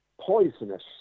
poisonous